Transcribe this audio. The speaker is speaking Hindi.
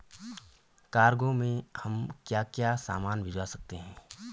कार्गो में हम क्या क्या सामान भिजवा सकते हैं?